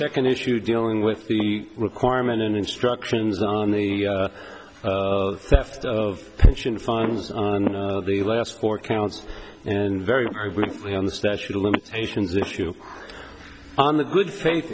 second issue dealing with the requirement in instructions on the left of pension funds on the last four counts and very briefly on the statute of limitations issue on the good faith